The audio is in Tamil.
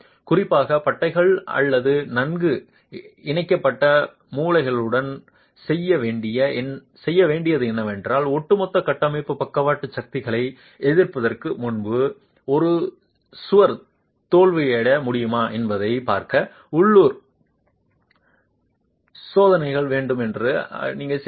குறிப்பாக பட்டைகள் அல்லது நன்கு இணைக்கப்பட்ட மூலைகளுடன் செய்ய வேண்டியது என்னவென்றால் ஒட்டுமொத்த கட்டமைப்பு பக்கவாட்டு சக்திகளையே எதிர்ப்பதற்கு முன்பு ஒரு சுவர் தோல்வியடைய முடியுமா என்பதைப் பார்க்க உள்ளூர் காசோலைகள் என்று அழைக்கப்படும் காசோலைகளை நீங்கள் செய்கிறீர்கள்